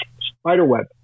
Spiderweb